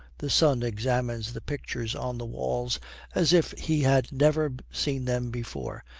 the son examines the pictures on the walls as if he had never seen them before,